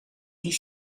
die